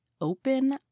open